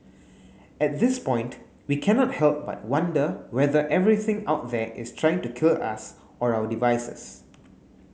at this point we cannot help but wonder whether everything out there is trying to kill us or our devices